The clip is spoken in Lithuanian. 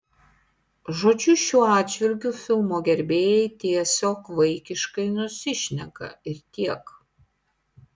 žodžiu šiuo atžvilgiu filmo gerbėjai tiesiog vaikiškai nusišneka ir tiek